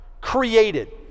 created